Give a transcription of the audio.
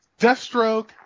deathstroke